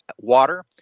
water